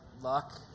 Luck